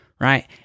Right